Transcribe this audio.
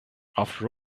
after